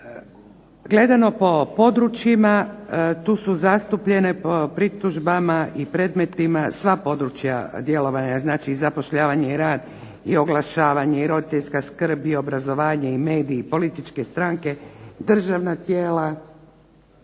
Gledano po područjima, tu su zastupljene po pritužbama i predmetima sva područja djelovanja, znači i zapošljavanje i rad i oglašavanje i roditeljska skrb i obrazovanje i mediji i političke stranke, državna tijela,